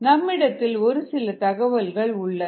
நம்மிடத்தில் ஒரு சில தகவல்கள் உள்ளன